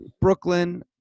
Brooklyn